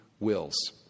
wills